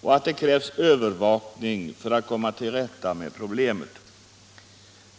och att det krävs övervakning för att komma till rätta med problemet.